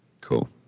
Cool